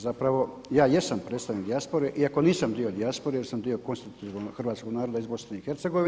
Zapravo ja jesam predstavnik dijaspore iako nisam dio dijaspore, jer sam dio konstitutivnog Hrvatskog naroda iz BiH.